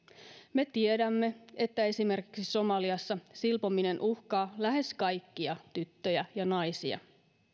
me tiedämme että esimerkiksi somaliassa silpominen uhkaa lähes kaikkia tyttöjä ja naisia